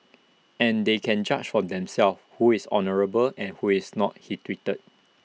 and they can judge for themselves who is honourable and who is not he tweeted